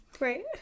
Right